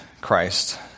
Christ